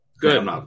Good